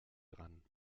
dran